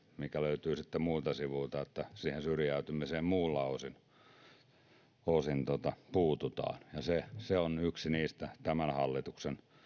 mikä löytyy sitten muilta sivuilta että siihen syrjäytymiseen muilta osin puututaan ja se se on yksi niistä tämän hallituksen